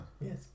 yes